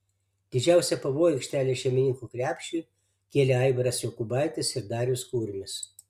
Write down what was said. didžiausią pavojų aikštelės šeimininkų krepšiui kėlė aivaras jokubaitis ir darius kurmis